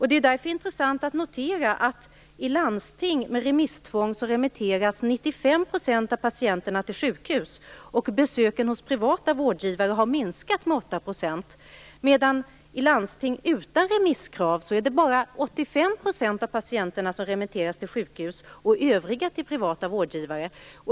Det är därför intressant att notera att 95 % av patienterna i landsting med remisstvång remitteras till sjukhus, medan besöken hos privata vårdgivare har minskat med 8 %. I landsting utan remisskrav är det bara 85 % av patienterna som remitteras till sjukhus. Övriga remitteras till privata vårdgivare.